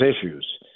issues